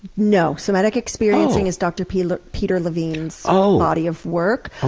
no. somatic experiencing is dr. peter peter levine's um body of work. ah